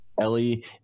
ellie